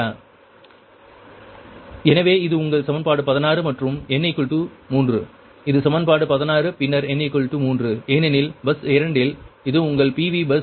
Pik1n|Vi||Vk||Yik|cos ik ki Qi k1n|Vi||Vk||Yik|sin ik ki எனவே இது உங்கள் சமன்பாடு 16 மற்றும் n 3 இது சமன்பாடு 16 பின்னர் n 3 ஏனெனில் பஸ் 2 இல் இது உங்கள் PV பஸ்